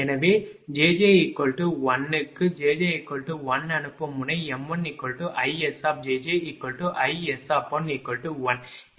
எனவே jj1 க்குjj1 அனுப்பும் முனை m1ISjjIS11 m2IRjjIR12